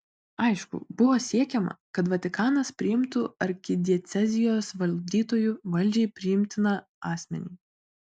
aišku buvo siekiama kad vatikanas priimtų arkidiecezijos valdytoju valdžiai priimtiną asmenį